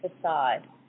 facade